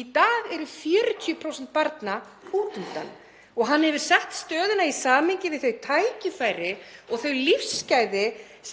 Í dag eru 40% barna út undan og hefur Jón Pétur sett stöðuna í samhengi við þau tækifæri og þau lífsgæði